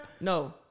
No